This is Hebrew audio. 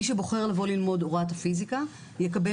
מי שבוחר לבוא ללמוד הוראת פיזיקה יקבל